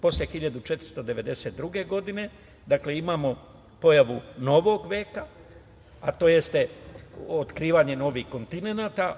Posle 1492. godine imamo pojavu novog veka, a to jeste otkrivanje novih kontinenata.